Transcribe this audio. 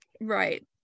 right